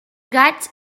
gats